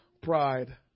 pride